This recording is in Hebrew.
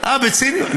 אה, בציניות?